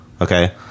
okay